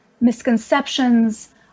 misconceptions